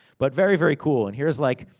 but, very, very cool. and here's like,